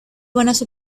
buenas